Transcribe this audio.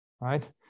Right